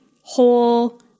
whole